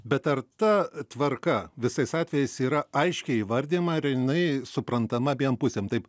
bet ar ta tvarka visais atvejais yra aiškiai įvardijama jinai suprantama abiem pusėm taip